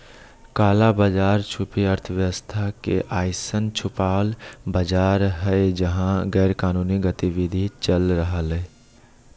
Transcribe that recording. काला बाज़ार छुपी अर्थव्यवस्था के अइसन छुपल बाज़ार हइ जहा गैरकानूनी गतिविधि चल रहलय